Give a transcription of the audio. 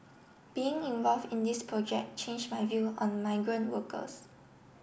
being involve in this project change my view on migrant workers